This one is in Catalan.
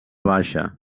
baixa